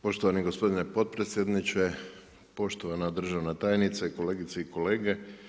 Poštovani gospodine potpredsjedniče, poštovana državna tajnice, kolegice i kolege.